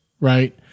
right